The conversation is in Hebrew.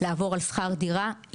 לעבור על שכר דירה,